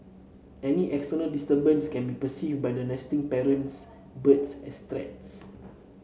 any external disturbance can be perceived by the nesting parents birds as threats